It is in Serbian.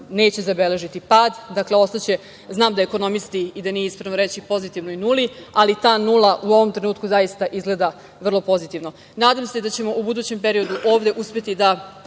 neće zabeležiti u nekom narednom periodu pad. Znam da ekonomisti i da nije ispravno reći pozitivna nula, ali ta nula u ovom trenutku zaista izgleda vrlo pozitivno. Nadam se da ćemo u budućem periodu ovde uspeti da